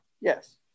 Yes